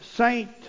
Saint